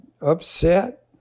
upset